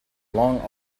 long